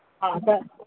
हा त